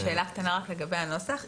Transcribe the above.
שאלה קטנה רק לגבי הנוסח.